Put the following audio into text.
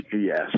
Yes